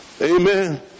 Amen